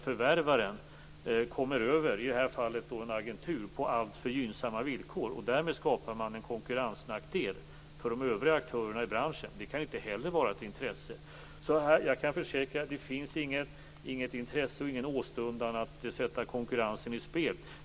Förvärvaren kommer över i detta fall en agentur på alltför gynnsamma villkor. Därmed skapar man en konkurrensnackdel för de övriga aktörerna i branschen. Det kan inte heller vara ett intresse. Jag kan försäkra att det inte finns något intresse av eller någon åstundan att sätta konkurrensen ur spel.